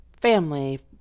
family